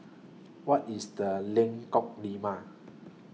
What IS The Lengkok Lima